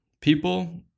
People